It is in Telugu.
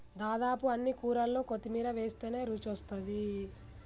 దాదాపు అన్ని కూరల్లో కొత్తిమీర వేస్టనే రుచొస్తాది